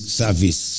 service